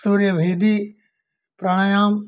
Suryabhedi प्राणायाम